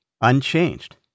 unchanged